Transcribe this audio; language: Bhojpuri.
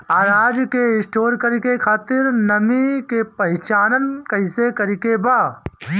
अनाज के स्टोर करके खातिर नमी के पहचान कैसे करेके बा?